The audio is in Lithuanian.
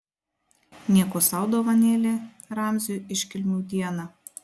nieko sau dovanėlė ramziui iškilmių dieną